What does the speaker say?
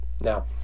Now